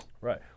Right